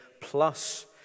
plus